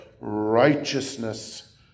righteousness